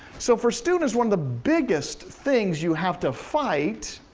so for students, one of the biggest things you have to fight,